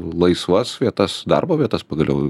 laisvas vietas darbo vietas pagaliau